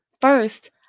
First